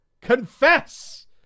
Confess